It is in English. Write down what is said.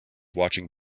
watching